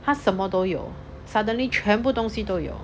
他什么都有 suddenly 全部东西都有